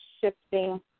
shifting